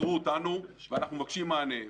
עצרו אותנו ואנחנו מבקשים מענה.